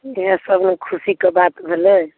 इहए सब ने खुशीके बात भेलै